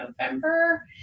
November